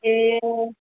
ए